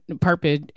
purpose